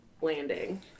landing